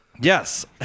Yes